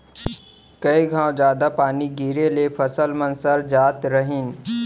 कई घौं जादा पानी गिरे ले फसल मन सर जात रहिन